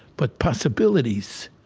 but possibilities.